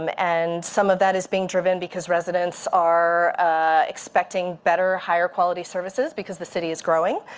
um and some of that is being driven because residents are expecting better, higher quality services because the city is growing.